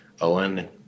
Owen